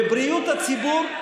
ובריאות הציבור,